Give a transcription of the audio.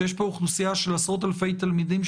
שיש פה אוכלוסייה של עשרות אלפי תלמידים,